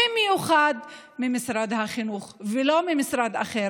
ובמיוחד ממשרד החינוך ולא ממשרד אחר.